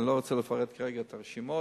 אני לא רוצה לפרט כרגע את הרשימות,